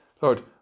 Lord